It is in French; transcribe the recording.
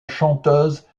chanteuse